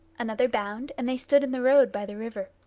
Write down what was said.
another bound, and they stood in the road by the river.